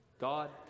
God